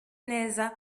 neza